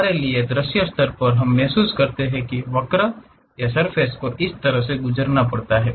हमारे लिए दृश्य स्तर पर हम महसूस करते हैं कि वक्र या सर्फ़ेस को उस तरह से गुजरना पड़ता है